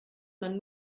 man